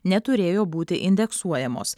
neturėjo būti indeksuojamos